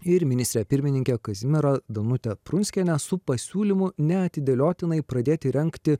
ir ministrę pirmininkę kazimierą danutę prunskienę su pasiūlymu neatidėliotinai pradėti rengti